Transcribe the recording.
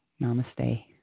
Namaste